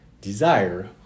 desire